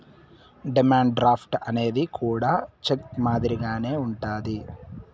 demand draft అనేది కూడా check మాదిరిగానే ఉంటది